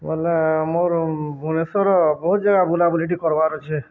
ବୋଇଲେ ମୋର ଭୁବନେଶ୍ୱର ବହୁତ ଜାଗା ବୁଲାବୁଲି ଟିକେ କରବାର ଅଛେ